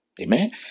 Amen